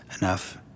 enough